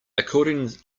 according